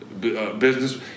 business